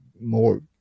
more